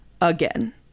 Again